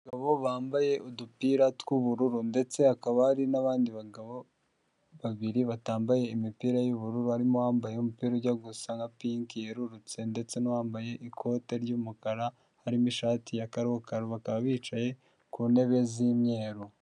Abagabo bambaye udupira tw'ubururu ndetse hakaba hari n'abandi bagabo babiri batambaye imipira y'ubururu, barimo uwambaye umupira ujya gusa nka pinki yerurutse ndetse n'uwambaye ikote ry'umukara harimo ishati ya karo karo, bakaba bicaye ku ntebe z'umweru.